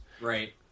Right